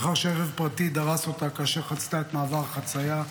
לאחר שרכב פרטי דרס אותה כאשר חצתה מעבר חציה.